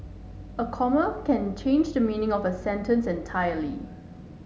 a comma can change the meaning of a sentence entirely